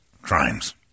crimes